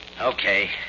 Okay